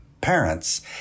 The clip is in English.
parents